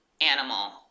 animal